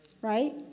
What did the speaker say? right